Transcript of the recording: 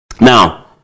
Now